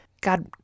God